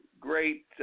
great